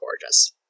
gorgeous